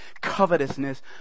covetousness